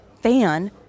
fan